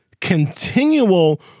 continual